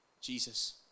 Jesus